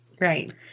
Right